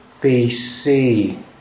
BC